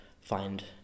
find